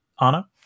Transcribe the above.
Anna